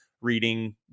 reading